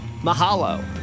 Mahalo